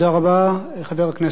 חבר הכנסת אריה אלדד, בבקשה.